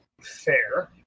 Fair